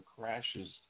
crashes